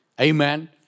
Amen